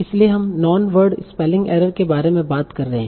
इसलिए हम non word spelling error के बारे में बात कर रहे हैं